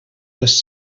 les